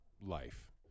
life